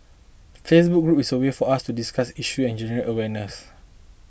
the Facebook group is a way for us to discuss issues and generate awareness